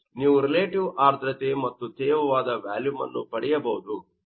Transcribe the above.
ನೀವು ರಿಲೇಟಿವ್ ಆರ್ದ್ರತೆ ಮತ್ತು ತೇವವಾದ ವ್ಯಾಲುಮ್ ಅನ್ನು ಪಡೆಯಬಹುದು